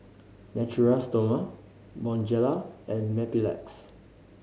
Natura Stoma Bonjela and Mepilex